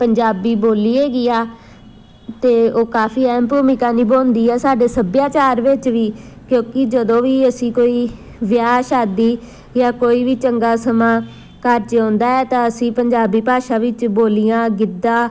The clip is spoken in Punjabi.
ਪੰਜਾਬੀ ਬੋਲੀ ਹੈਗੀ ਆ ਅਤੇ ਉਹ ਕਾਫੀ ਅਹਿਮ ਭੂਮਿਕਾ ਨਿਭਾਉਂਦੀ ਆ ਸਾਡੇ ਸੱਭਿਆਚਾਰ ਵਿੱਚ ਵੀ ਕਿਉਂਕਿ ਜਦੋਂ ਵੀ ਅਸੀਂ ਕੋਈ ਵਿਆਹ ਸ਼ਾਦੀ ਜਾਂ ਕੋਈ ਵੀ ਚੰਗਾ ਸਮਾਂ ਘਰ 'ਚ ਆਉਂਦਾ ਹੈ ਤਾਂ ਅਸੀਂ ਪੰਜਾਬੀ ਭਾਸ਼ਾ ਵਿੱਚ ਬੋਲੀਆਂ ਗਿੱਧਾ